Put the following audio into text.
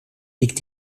liegt